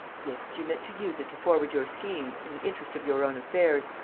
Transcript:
yes, you meant to use it to forward your schemes, in the interest of your own affairs,